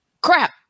crap